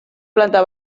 planta